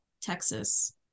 texas